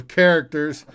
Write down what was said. characters